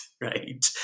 right